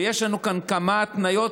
ויש לנו כאן כמה התניות,